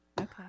Okay